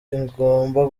igomba